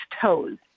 toes